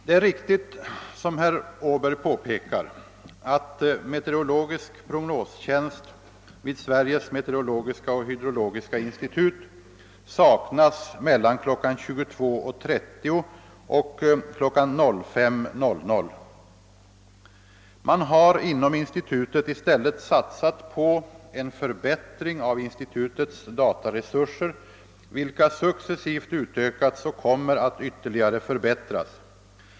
Det är riktigt som herr Åberg påpekar att meteorologisk prognostjänst vid Sveriges meteorologiska och hydrologiska institut saknas mellan kl. 22.30 och 05.00. Man har inom institutet i stället satsat på en förbättring av institutets dataresurser, vilka successivt utökats och kommer att ytterligare förbättras.